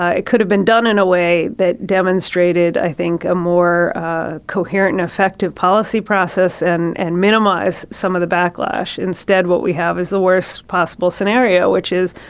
ah it could have been done in a way that demonstrated, i think, a more coherent and effective policy process and and minimize some of the backlash. instead, what we have is the worst possible scenario, which is,